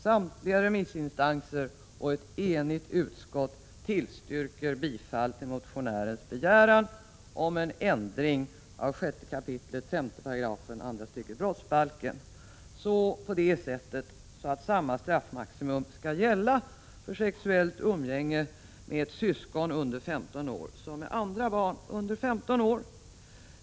Samtliga remissinstanser och ett enigt utskott tillstyrker bifall till motionärens begäran om en ändring av 6 kap. 5 § andra stycket brottsbalken, så att samma straffmaximum skall gälla för sexuellt umgänge med syskon under 15 år som med andra barn under 15 år.